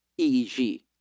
EEG